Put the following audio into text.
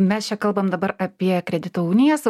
mes čia kalbam dabar apie kredito uniją su